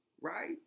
right